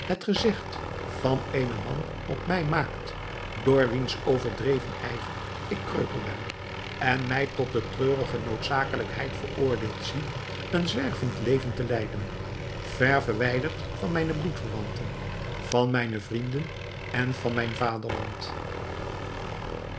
het gezigt van eenen man op mij maakt door wiens overdreven ijver ik kreupel ben en mij tot de treurige noodzakelijkheid veroordeeld zie een zwervend leven te leiden ver verwijderd van mijne bloedverwanten van mijne vrienden en van mijn